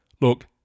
look